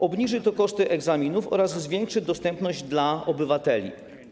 Obniży to koszty egzaminów oraz zwiększy dostępność dla obywateli.